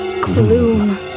Gloom